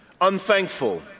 unthankful